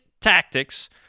tactics